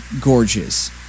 gorgeous